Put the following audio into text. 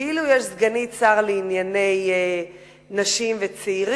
כאילו יש סגנית שר לענייני נשים וצעירים,